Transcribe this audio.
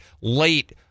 late